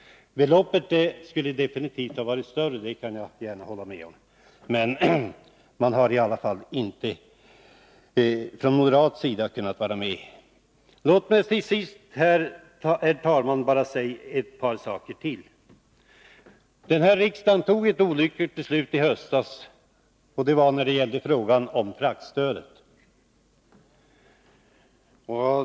Beloppet skulle definitivt ha varit större — det kan jag gärna hålla med om. Men man har i alla fall inte från moderat sida kunnat vara med. Riksdagen fattade ett olyckligt beslut i höstas när det gällde frågan om fraktstödet.